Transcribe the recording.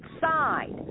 side